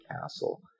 castle